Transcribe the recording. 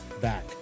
back